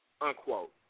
unquote